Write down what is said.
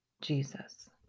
Jesus